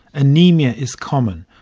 anaemia is common,